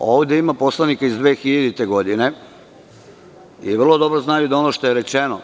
Ovde ima poslanika iz 2000. godine i vrlo dobro znaju da ono što je rečeno,